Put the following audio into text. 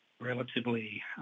relatively